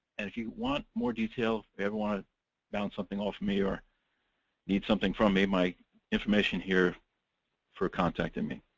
and if you want more detail. if you ever want to bounce something off me, or need something from me, my information here for contacting me.